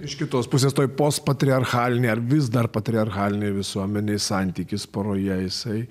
iš kitos pusės toje pos patriarchalinėj ar vis dar patriarchalinėj visuomenėj santykis poroje jisai